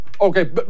okay